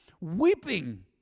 weeping